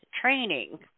training